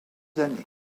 années